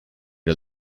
the